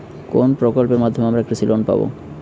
কোন প্রকল্পের মাধ্যমে আমরা কৃষি লোন পাবো?